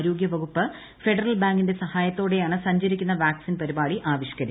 ആരോഗ്യവകുപ്പ് ഫെഡ്റ്റൽ ബാങ്കിന്റെ സഹായത്തോടെയാണ് സഞ്ചുരിക്കുന്ന വാക്സിൻ പരിപാടി ആവിഷ്ക്കരിച്ചത്